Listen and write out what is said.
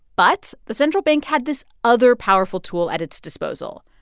but the central bank had this other powerful tool at its disposal.